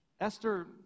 Esther